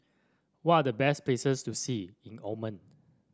what are the best places to see in Oman